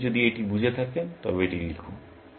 আপনি যদি এটি বুঝে থাকেন তবে এটি লিখুন